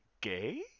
gay